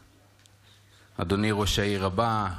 אדוני ראש העיר הבא,